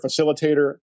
facilitator